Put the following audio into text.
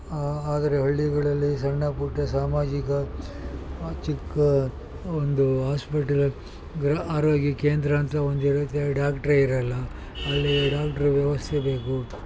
ಆ ಆದರೆ ಹಳ್ಳಿಗಳಲ್ಲಿ ಸಣ್ಣ ಪುಟ್ಟ ಸಾಮಾಜಿಕ ಚಿಕ್ಕ ಒಂದು ಆಸ್ಪಿಟಲ್ಗಳ ಆರೋಗ್ಯ ಕೇಂದ್ರ ಅಂತ ಒಂದಿರುತ್ತೆ ಡಾಕ್ಟ್ರೇ ಇರೋಲ್ಲ ಅಲ್ಲಿ ಡಾಕ್ಟ್ರ್ ವ್ಯವಸ್ಥೆ ಬೇಕು